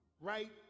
right